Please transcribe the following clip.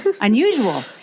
unusual